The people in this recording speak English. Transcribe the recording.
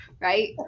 Right